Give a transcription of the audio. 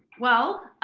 well,